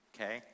Okay